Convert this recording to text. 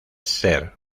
ser